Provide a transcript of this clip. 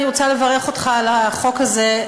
אני רוצה לברך אותך על החוק הזה,